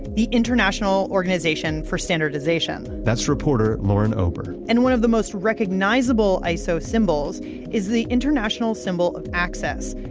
the international organization for standardization. that's reporter, lauren ober. and one of the most recognizable iso symbols is the international symbol of access.